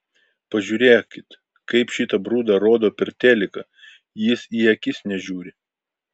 pažiūrėkit kaip šitą brudą rodo per teliką jis į akis nežiūri